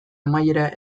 amaiera